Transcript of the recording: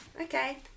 Okay